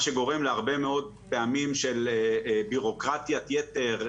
מה שגורם להרבה מאוד בירוקרטיית יתר,